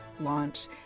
launch